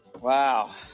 Wow